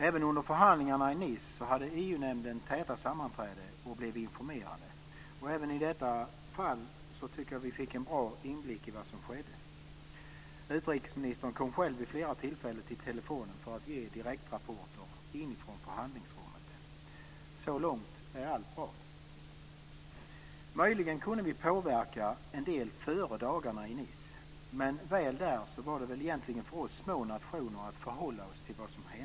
Även under förhandlingarna i Nice hade EU nämnden täta sammanträden och blev informerad. Även i detta fall tycker jag att vi fick en bra inblick i vad som skedde. Utrikesministern kom själv vid flera tillfällen till telefonen för att ge direktrapporter inifrån förhandlingsrummet. Så långt är allt bra. Möjligen kunde vi påverka en del före dagarna i Nice, men väl där hade väl egentligen vi små nationer att förhålla oss till vad som hände.